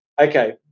Okay